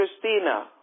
Christina